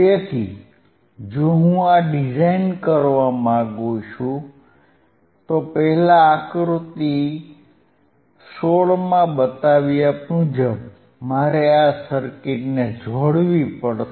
તેથી જો હું આ ડિઝાઇન કરવા માંગુ છું તો પહેલા આકૃતિ 16 માં દર્શાવ્યા મુજબ મારે આ સર્કિટને જોડવી પડશે